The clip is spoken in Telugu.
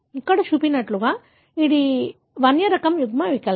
ఇక్కడ చూపినట్లుగా ఇది అడవి రకం యుగ్మవికల్పం